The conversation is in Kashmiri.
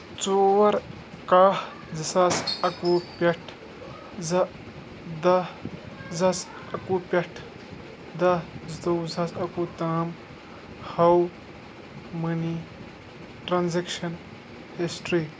ژور کَہہ زٕ ساس اَکہٕ وُہ پٮ۪ٹھ زٕ دہ زٕ ساس اَکہٕ وُہ پٮ۪ٹھٕ دَہ زٕتووُہ زٕ ساس اَکہٕ وُہ تام ہاو مٔنی ٹرٛانزٮ۪کشَن ہِسٹِرٛی